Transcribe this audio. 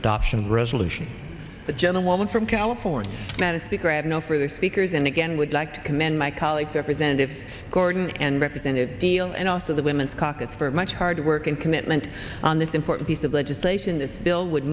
adoption of resolution the gentlewoman from california that is the grad known for the speakers and again would like to commend my colleagues representative gordon and representative deal and also the women's caucus for much hard work and commitment on this important piece of legislation this bill would